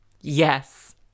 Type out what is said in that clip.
Yes